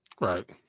Right